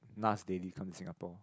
Nas-Daily come to Singapore